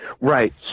Right